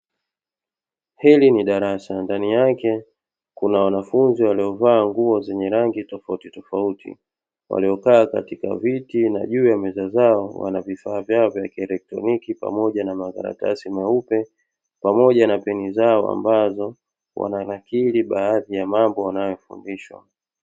Hili ni darasa, ndani yake kuna wanafunzi waliovaa nguo zenye rangi tofautitofauti, waliokaa katika viti na juu ya meza zao wana vifaa vyao vya kielektroniki pamoja na makaratasi meupe, pamoja na peni zao ambazo wananakili baadhi ya mambo wanayofundishwa.